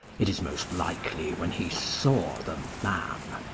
it is most likely when he saw the man,